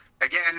Again